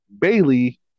Bailey